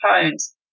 tones